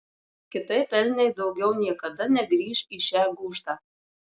kitaip elniai daugiau niekada negrįš į šią gūžtą